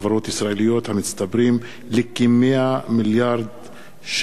ישראליות המצטברים לכ-100 מיליארד ש"ח,